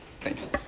Thanks